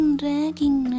dragging